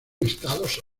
estados